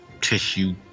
tissue